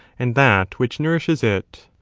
and that which nourishes it.